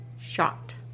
shot